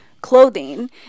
clothing